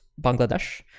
Bangladesh